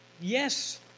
Yes